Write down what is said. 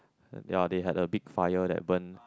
ya they had a big fire that burn